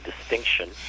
distinction